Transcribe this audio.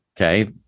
okay